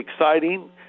exciting